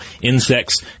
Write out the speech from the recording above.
Insects